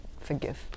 forgive